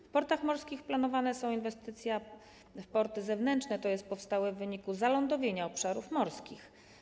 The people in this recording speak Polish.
W portach morskich planowane są inwestycje w porty zewnętrzne, tj. powstałe w wyniku zalądowienia obszarów miejskich.